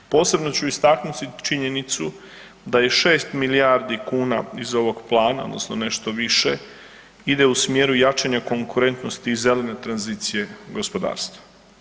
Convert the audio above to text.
Posebno ću istaknuti činjenicu da 6 milijardi kuna iz ovog plana odnosno nešto više ide u smjeru jačanja konkurentnosti iz zelene tranzicije gospodarstva.